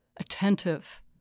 attentive